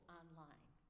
online